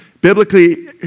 biblically